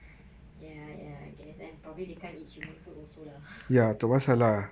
ya ya I guess and probably they can't eat human food also lah